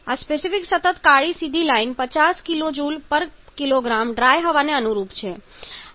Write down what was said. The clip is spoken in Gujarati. આ સ્પેસિફિક સતત કાળી સીધી લાઈન 50 kJkg ડ્રાય હવાને અનુરૂપ છે